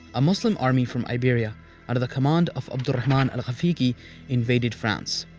a muslim army from iberia under the command of abd al-rahman al-ghafiqi invaded france.